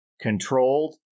controlled